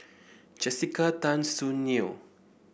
Jessica Tan Soon Neo